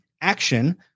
action